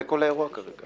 זה כל האירוע כרגע.